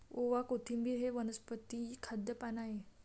ओवा, कोथिंबिर हे वनस्पतीचे खाद्य पान आहे